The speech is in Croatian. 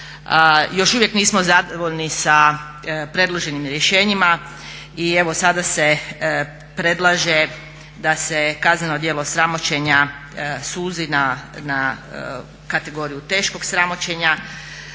još uvijek nismo zadovoljni sa predloženim rješenjima i evo sada se predlaže da se kazneno djelo sramoćenja suzi na kategoriju teškog sramoćenja.